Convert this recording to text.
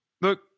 look